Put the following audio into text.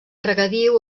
regadiu